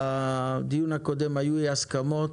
בדיון הקודם היו לי הסכמות,